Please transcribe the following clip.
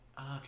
okay